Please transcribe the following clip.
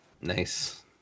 Nice